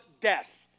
death